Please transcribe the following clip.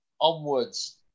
onwards